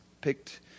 picked